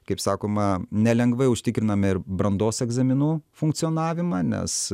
kaip sakoma nelengvai užtikriname ir brandos egzaminų funkcionavimą nes